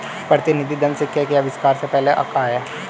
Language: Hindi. प्रतिनिधि धन सिक्के के आविष्कार से पहले का है